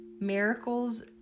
miracles